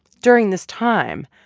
during this time,